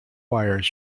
wires